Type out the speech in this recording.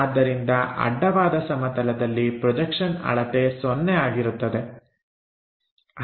ಆದ್ದರಿಂದ ಅಡ್ಡವಾದ ಸಮತಲದಲ್ಲಿ ಪ್ರೊಜೆಕ್ಷನ್ ಅಳತೆ ಸೊನ್ನೆ ಆಗಿರುತ್ತದೆ